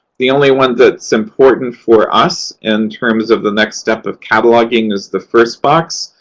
the only one that's important for us in terms of the next step of cataloging is the first box,